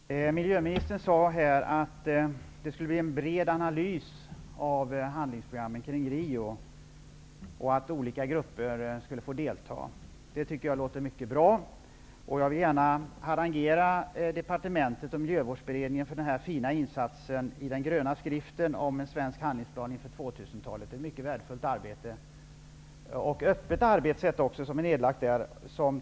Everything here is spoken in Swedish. Fru talman! Miljöministern sade att det skulle bli en bred analys av handlingsprogrammen från Rio och att olika grupper skulle få delta. Jag tycker att det låter mycket bra. Jag vill gärna harangera departementet och miljövårdsberedningen för den fina insatsen i den gröna skriften om en svensk handlingsplan inför 2000-talet. Det är ett mycket värdefullt och öppet arbete som är nerlagt där.